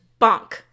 bonk